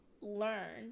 learn